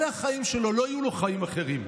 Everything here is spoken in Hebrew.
אלה החיים שלו, לא יהיו לו חיים אחרים.